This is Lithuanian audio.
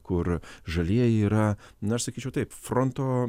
kur žalieji yra na aš sakyčiau taip fronto